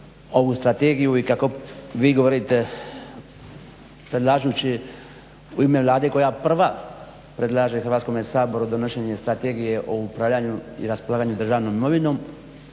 Hrvatskome saboru donošenje Strategije o upravljanju i raspolaganju državnom imovinom